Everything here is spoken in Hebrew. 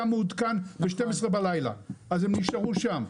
הבריאות לא היה מעודכן ב-12 בלילה והם נשארו שם.